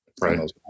Right